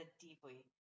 deeply